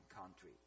country